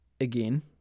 Again